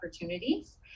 opportunities